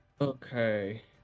Okay